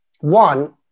One